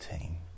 team